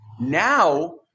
Now